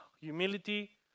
humility